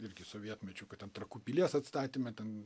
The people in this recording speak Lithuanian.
irgi sovietmečiu kad ten trakų pilies atstatymą ten